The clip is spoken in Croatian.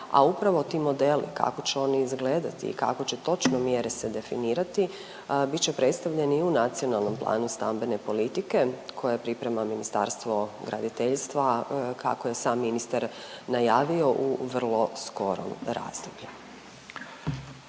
a upravo ti modeli kako će oni izgledati i kako će točno mjere se definirati, bit će predstavljeni u nacionalnom plani stambene politike koje priprema Ministarstvu graditeljstva kako je sam ministar najavio u, vrlo skorom razdoblju.